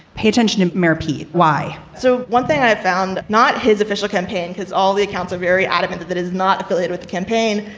pay attention. it may repeat. why? so one thing i've found, not his official campaign has all the accounts are very adamant that it is not affiliated with the campaign,